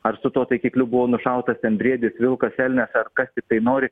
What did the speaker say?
ar su tuo taikikliu buvo nušautas ten briedis vilkas elnias ar kas tiktai nori